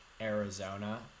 Arizona